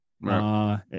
Right